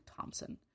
Thompson